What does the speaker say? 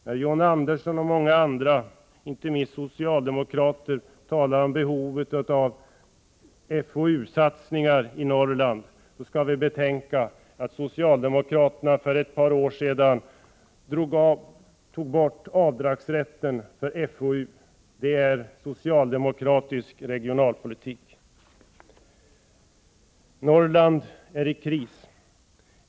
När John Andersson och många andra, inte minst socialdemokrater, talar om behovet av FoU-satsningar i Norrland, skall vi betänka att socialdemokraterna för ett par år sedan tog bort avdragsrätten för FoU. Detta är socialdemokratisk regionalpolitik! Norrland är i kris.